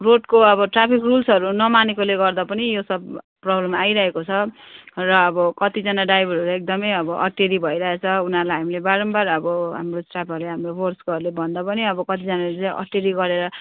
रोडको अब ट्राफिक रुल्सहरू नमानेकोले गर्दा पनि यो सब प्रब्लम आइरहेको छ र अब कतिजना ड्राइभरहरू एकदमै अटेरी भइरहेछ उनीहरूलाई हामीले बारम्बार अब हाम्रो स्टाफहरूले हाम्रो फोर्सकोहरूले भन्दा पनि अब कतिजनाले अटेरी गरेर